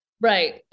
Right